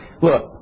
Look